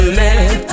let